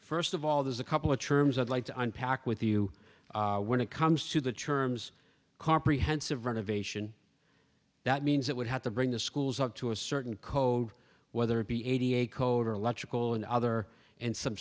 first of all there's a couple of terms of like to unpack with you when it comes to the terms comprehensive renovation that means it would have to bring the schools up to a certain code whether it be eighty eight code or electrical and other and some